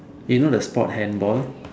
you know the sport handball